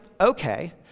okay